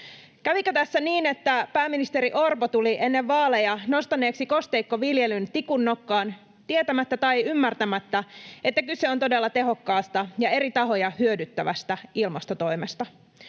Kävikö tässä niin, että pääministeri Orpo tuli ennen vaaleja nostaneeksi kosteikkoviljelyn tikun nokkaan tietämättä tai ymmärtämättä, että kyse on todella tehokkaasta ja eri tahoja hyödyttävästä ilmastotoimesta?